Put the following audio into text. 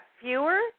fewer